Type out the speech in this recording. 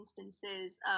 instances